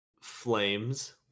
Flames